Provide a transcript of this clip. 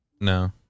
No